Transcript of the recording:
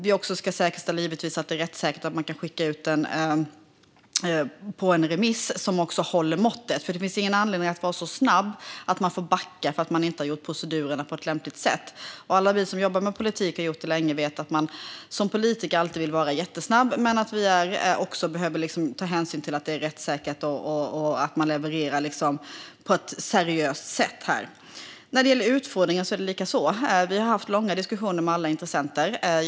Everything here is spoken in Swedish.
Vi måste givetvis säkerställa att det hela är rättssäkert och håller måttet så att man kan skicka ut förslaget på remiss. Det finns ingen anledning att vara så snabb att man får backa för att man inte har gjort procedurerna på ett lämpligt sätt. Alla vi som jobbar med politik och har gjort det länge vet att man som politiker alltid vill vara jättesnabb. Men vi behöver ta hänsyn till att detta är rättssäkert och att vi levererar detta på ett seriöst sätt. Samma sak gäller det här med utfodring. Vi har haft långa diskussioner med alla intressenter.